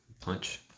Punch